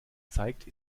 zeigt